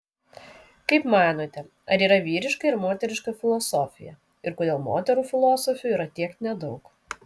kaip manote ar yra vyriška ir moteriška filosofija ir kodėl moterų filosofių yra tiek nedaug